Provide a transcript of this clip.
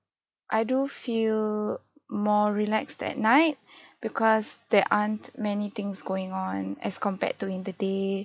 I do feel more relaxed at night because there aren't many things going on as compared to in the day